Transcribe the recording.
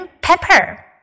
pepper